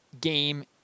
game